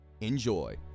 enjoy